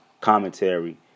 commentary